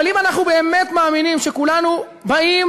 אבל אם אנחנו באמת מאמינים שכולנו באים